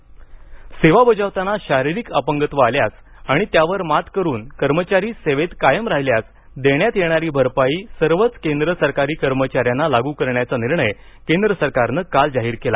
सेवा बजावताना अपंगत्व सेवा बजावताना शारीरिक अपंगत्व आल्यास आणि त्यावर मात करून ते सेवेत कायम राहिल्यास देण्यात येणारी भरपाई सर्वच केंद्र सरकारी कर्मचाऱ्यांना लागू करण्याचा निर्णय केंद्र सरकारनं काल जाहीर केला